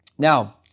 Now